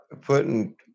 putting